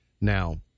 Now